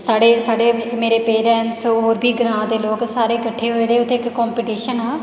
स्हाढ़े मेरे पेरेंट्स और बी ग्रां दे लोक सारे किट्ठे होए दे उत्थै इक कम्पीटीशन हा